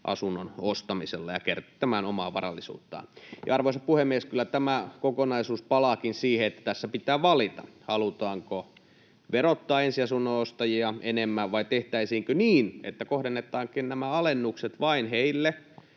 asunnon ostamisella ja kerryttämään omaa varallisuuttaan. Arvoisa puhemies! Kyllä tämä kokonaisuus palaakin siihen, että tässä pitää valita, halutaanko verottaa ensiasunnon ostajia enemmän vai tehtäisiinkö niin, että kohdennetaankin nämä alennukset vain heille,